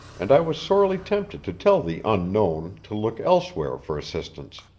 and i was sorely tempted to tell the unknown to look elsewhere for assistance,